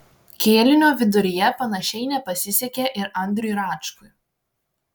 kėlinio viduryje panašiai nepasisekė ir andriui račkui